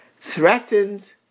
threatened